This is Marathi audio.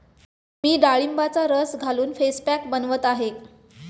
मी डाळिंबाचा रस घालून फेस पॅक बनवत आहे